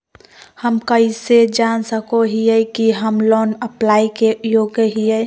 हम कइसे जान सको हियै कि हम लोन अप्लाई के योग्य हियै?